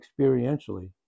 experientially